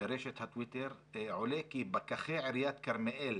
ברשת הטוויטר, עולה כי פקחי עיריית כרמיאל